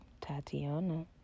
Tatiana